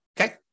okay